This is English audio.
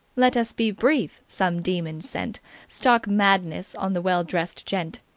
let us be brief. some demon sent stark madness on the well-dressed gent.